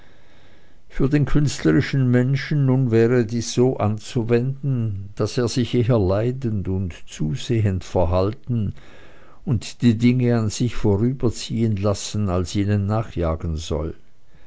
für den künstlerischen menschen nun wäre dies so anzuwenden daß er sich eher leidend und zusehend verhalten und die dinge an sich vorüberziehen lassen als ihnen nachjagen soll